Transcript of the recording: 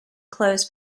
clothes